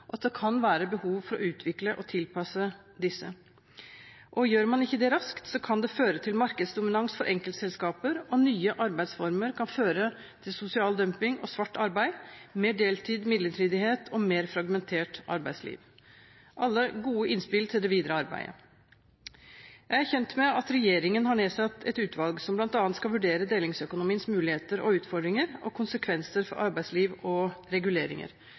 og definisjoner, og at det kan være behov for å utvikle og tilpasse disse. Og gjør man ikke det raskt, kan det føre til markedsdominans for enkeltselskaper, og nye arbeidsformer kan føre til sosial dumping og svart arbeid, mer deltid, midlertidighet og et mer fragmentert arbeidsliv. Alt dette er gode innspill til det videre arbeidet. Jeg er kjent med at regjeringen har nedsatt et utvalg som bl.a. skal vurdere delingsøkonomiens muligheter, utfordringer og konsekvenser for arbeidsliv og reguleringer.